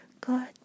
God